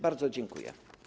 Bardzo dziękuję.